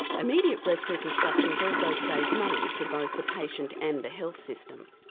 immediate breast reconstructions also save money for both the patient and the health system.